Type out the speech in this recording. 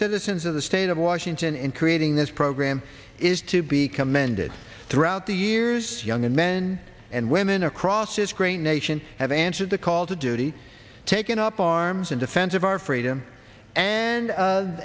citizens of the state of washington in creating this program is to be commended throughout the years young men and women across this great nation have answered the call to duty taking up arms in defense of our freedom and